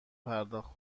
پرداخت